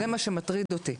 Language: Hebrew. זה מה שמטריד אותי.